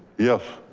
yes,